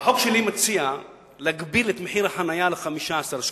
החוק שלי מציע להגביל את מחיר החנייה ל-15 שקלים,